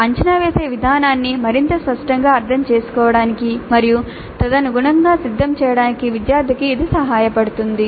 అంచనా వేసే విధానాన్ని మరింత స్పష్టంగా అర్థం చేసుకోవడానికి మరియు తదనుగుణంగా సిద్ధం చేయడానికి విద్యార్థికి ఇది సహాయపడుతుంది